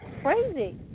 crazy